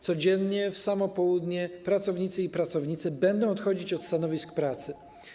Codziennie w samo południe pracownicy i pracownice będą odchodzić od stanowisk pracy.